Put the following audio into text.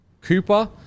Cooper